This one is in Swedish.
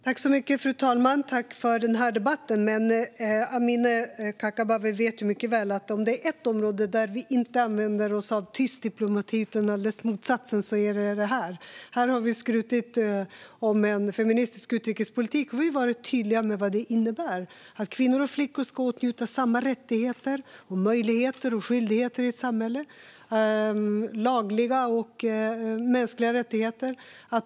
Fru talman! Amineh Kakabaveh vet mycket väl att om det finns ett område där vi inte använder oss av tyst diplomati utan den raka motsatsen är det detta. Vi har skrutit om en feministisk utrikespolitik, och vi har varit tydliga med vad detta innebär: Kvinnor och flickor ska åtnjuta samma rättigheter, möjligheter och skyldigheter i ett samhälle som män. De ska ha samma lagliga och mänskliga rättigheter.